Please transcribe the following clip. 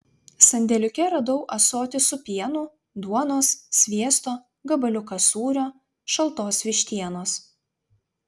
sandėliuke radau ąsotį su pienu duonos sviesto gabaliuką sūrio šaltos vištienos